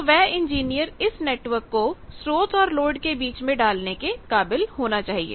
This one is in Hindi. तो वह इंजीनियर इस नेटवर्क को स्रोत और लोड के बीच में डालने के काबिल होना चाहिए